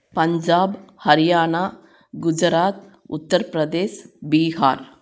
Punjab Haryana Gujarat Uttar Pradesh Bihar